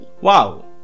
Wow